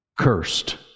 cursed